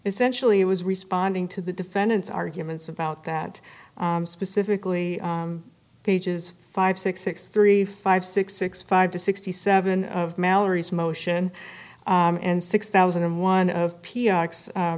essentially it was responding to the defendant's arguments about that specifically pages five six six three five six six five to sixty seven of mallory's motion and six thousand and one of p x